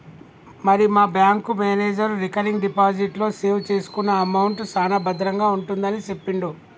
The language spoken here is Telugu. మరి మా బ్యాంకు మేనేజరు రికరింగ్ డిపాజిట్ లో సేవ్ చేసుకున్న అమౌంట్ సాన భద్రంగా ఉంటుందని సెప్పిండు